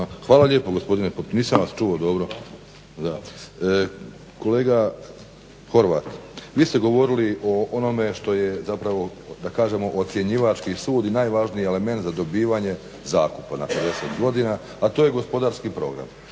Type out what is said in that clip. Hvala lijepo gospodine, nisam vas čuo dobro. Kolega Horvat vi ste govorili o onome što je zapravo da kažemo ocjenjivački sud i najvažniji element za dobivanje zakupa na 50 godina, a to je gospodarski program.